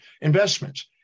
investments